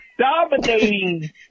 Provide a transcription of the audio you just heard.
dominating